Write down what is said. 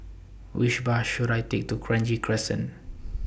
Which Bus should I Take to Kranji Crescent